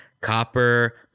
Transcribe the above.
copper